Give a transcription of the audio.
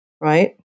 Right